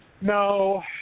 No